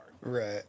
Right